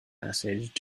message